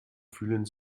fühlen